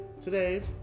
Today